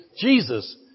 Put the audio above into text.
Jesus